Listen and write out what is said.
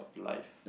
life